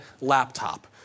laptop